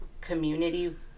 community